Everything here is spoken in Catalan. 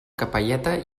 capelleta